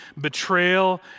betrayal